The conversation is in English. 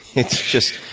it's just,